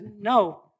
no